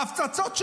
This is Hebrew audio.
ההפצצות,